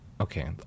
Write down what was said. okay